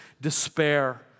despair